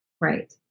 Right